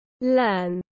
learn